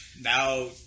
Now